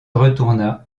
retourna